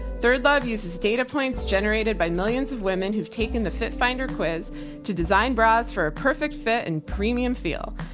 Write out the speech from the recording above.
third love uses data points generated by millions of women who've taken the fit finder quiz to design bras for a perfect fit and premium feel.